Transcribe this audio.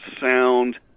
sound